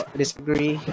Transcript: disagree